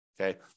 Okay